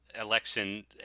election